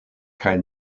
kaj